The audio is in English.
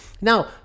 now